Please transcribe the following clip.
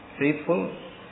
faithful